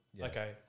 Okay